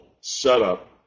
setup